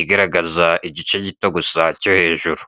igaragaza igice gito gusa cyo hejuru.